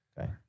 Okay